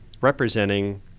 representing